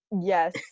Yes